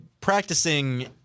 practicing